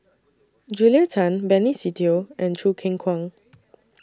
Julia Tan Benny Se Teo and Choo Keng Kwang